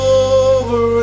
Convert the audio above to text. over